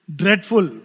dreadful